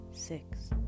six